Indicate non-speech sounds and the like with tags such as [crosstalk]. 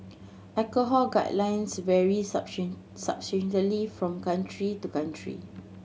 alcohol guidelines vary [unintelligible] from country to country